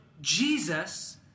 Jesus